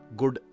good